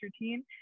routine